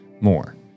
more